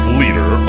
leader